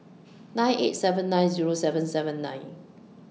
nine eight seven nine Zero seven seven nine